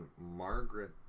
Margaret